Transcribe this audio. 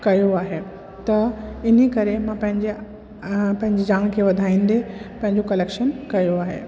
कयो आहे त इनकरे मां पंहिंजी पंहिंजी ॼाण खे वधाईंदे पंहिंजो कलेक्शन कयो आहे